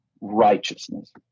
righteousness